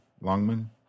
Longman